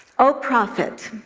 o prophet,